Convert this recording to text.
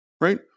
Right